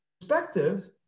Perspective